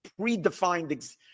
predefined